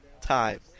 Time